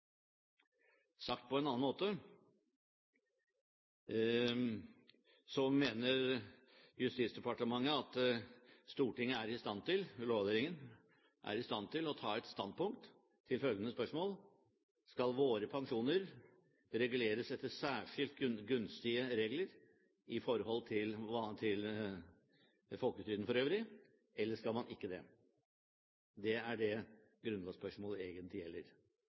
Sagt på en annen måte mener Justisdepartementet at Lovavdelingen er i stand til å ta standpunkt til følgende spørsmål: Skal våre pensjoner reguleres etter særskilt gunstige regler i forhold til folketrygden for øvrig, eller skal de ikke det? Det er det grunnlovsspørsmålet egentlig gjelder.